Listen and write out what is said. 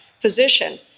position